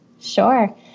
Sure